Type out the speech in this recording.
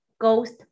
ghost